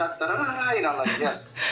yes